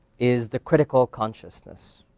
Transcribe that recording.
is the critical consciousness,